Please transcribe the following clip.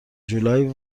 جولای